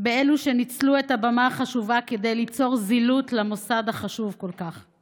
באלו שניצלו את הבמה החשובה כדי ליצור זילות למוסד החשוב כל כך,